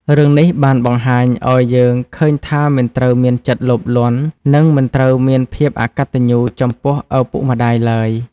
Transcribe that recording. រឿងនេះបានបង្ហាញអោយយើងឃើញថាមិនត្រូវមានចិត្តលោភលន់ និងមិនត្រូវមានភាពអកត្តញ្ញូចំពោះឪពុកម្ដាយឡើយ។